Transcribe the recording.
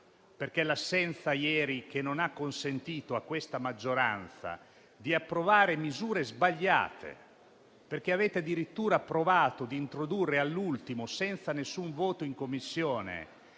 Le assenze di ieri non hanno consentito a questa maggioranza di approvare misure sbagliate: avete addirittura provato ad introdurre all'ultimo, senza alcun voto in Commissione,